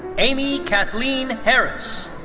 amy kathleen harris.